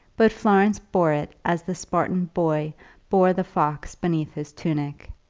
but florence bore it as the spartan boy bore the fox beneath his tunic.